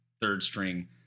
third-string